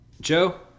joe